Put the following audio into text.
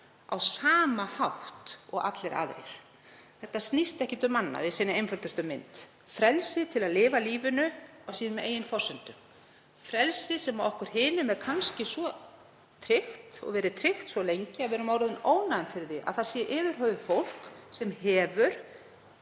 á sama hátt og allir aðrir. Þetta snýst ekkert um annað í sinni einföldustu mynd en frelsi til að lifa lífinu á eigin forsendum, frelsi sem okkur hinum er kannski svo tryggt og hefur verið tryggt svo lengi að við erum orðin ónæm fyrir því að það sé yfir höfuð til fólk sem hefur